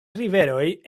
riveroj